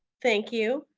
thank you.